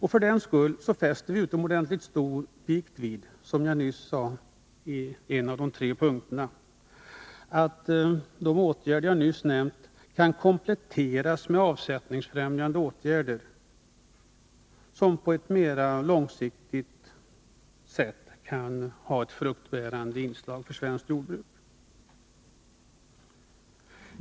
Vi fäster då också betydande vikt vid, såsom jag sade i samband med de tre frågor jag pekade på, att de nämnda åtgärderna kan kompletteras med avsättningsfrämjande sådana, som mera långsiktigt kan bli ett fruktbärande inslag i svenskt jordbruk.